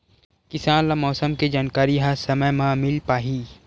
किसान ल मौसम के जानकारी ह समय म मिल पाही?